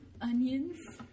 Onions